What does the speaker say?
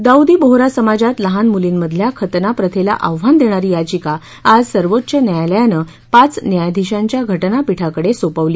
दाऊदी बोहरा समाजात लहान मुलींमधल्या खतना प्रथेला आव्हान देणारी याचिका आज सर्वोच्च न्यायालयानं पाच न्यायाधीशांच्या घटनापीठाकडे सोपवली